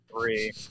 three